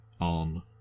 on